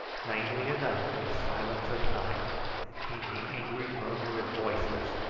plainly enough in the silence of the night came the angry murmur of voices,